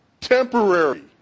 Temporary